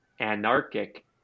anarchic